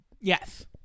Yes